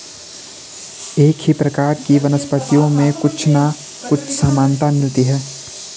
एक ही प्रकार की वनस्पतियों में कुछ ना कुछ समानता मिलती है